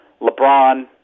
LeBron